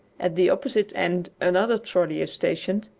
at the opposite end another trolley is stationed,